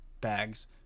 bags